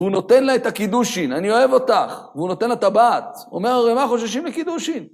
הוא נותן לה את הקידושין, אני אוהב אותך, והוא נותן לה טבעת. אומר: "מה חוששים מקידושין?"